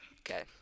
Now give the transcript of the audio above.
Okay